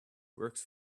works